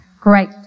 Great